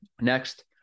Next